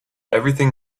everything